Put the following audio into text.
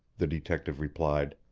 the detective replied.